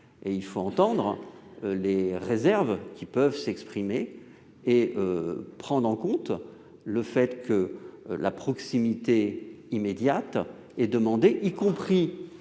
Il faut donc entendre les réserves qui peuvent s'exprimer et prendre en compte le fait que la proximité immédiate est demandée, y compris